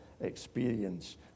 experience